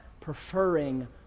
preferring